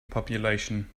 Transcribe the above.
population